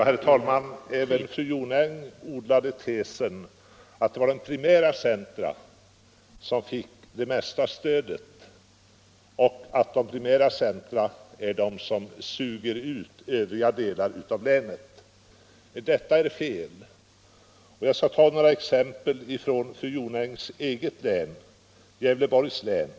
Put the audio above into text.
Herr talman! Även fru Jonäng odlade tesen att det var de primära centra som fick det mesta stödet och att dessa suger ut övriga delar av länet. Men detta är fel, och jag skall ta några exempel från fru Jonängs hemlän, Gävleborgs län.